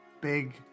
big